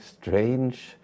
strange